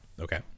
Okay